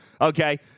okay